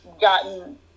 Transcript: gotten